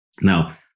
Now